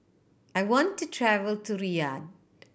I want to travel to Riyadh